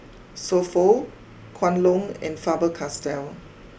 So Pho Kwan Loong and Faber Castell